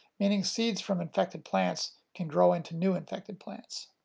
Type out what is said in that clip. meaning seeds from infected plants can grow into new infected plants.